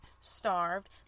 starved